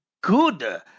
good